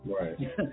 Right